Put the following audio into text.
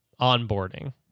onboarding